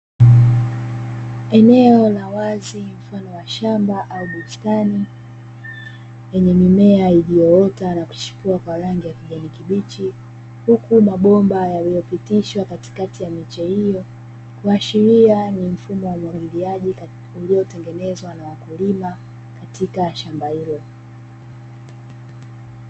Eneo la wazi mfano wa shamba au bustani yenye mimea iliyoota na kuchipua kwa rangi ya kijani kibichi, huku mabomba yaliyopitishwa katikati ya miche hiyo kuashiria ni mfumo wa umwagiliaji uliotengenezwa na wakulima katika shamba hilo.